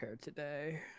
today